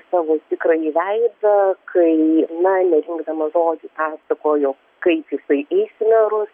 savo tikrąjį veidą kai na nerinkdamas žodžių pasakojo kaip jisai eis merus